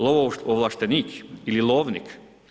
Lovoovlaštenik ili lovnik?